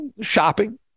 shopping